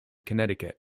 connecticut